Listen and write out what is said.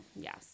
Yes